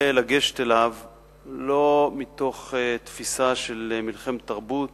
גפני, אל תנצל את זה שאני צרוד קצת.